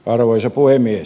arvoisa puhemies